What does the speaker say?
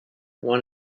won